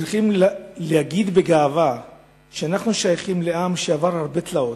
צריכים להגיד בגאווה שאנחנו שייכים לעם שעבר הרבה תלאות,